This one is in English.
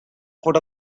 foot